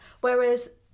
whereas